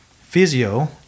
physio